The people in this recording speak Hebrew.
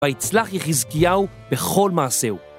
ויצלח יחיזקיהו בכל מעשהו.